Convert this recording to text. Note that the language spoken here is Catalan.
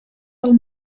del